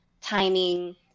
timing